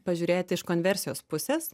pažiūrėti iš konversijos pusės